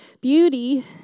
Beauty